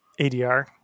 ADR